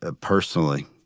personally